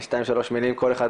ואחרי זה נחזור אל התלמידים.